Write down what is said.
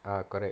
ah correct